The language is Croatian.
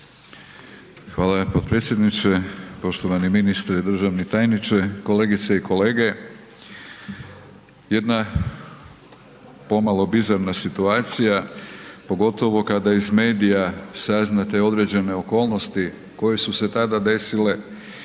vam potpredsjedniče. Poštovani ministre, državni tajniče, kolegice i kolege. Jedna pomalo bizarna situacija, pogotovo kada iz medija saznate određene okolnosti koje su se tada desile,